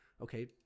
okay